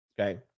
Okay